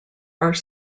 are